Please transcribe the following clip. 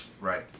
Right